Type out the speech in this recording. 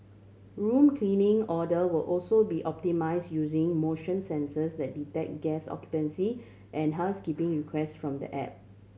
room cleaning order will also be optimise using motion sensors that detect guest occupancy and housekeeping request from the app